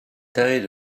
tied